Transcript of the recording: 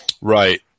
Right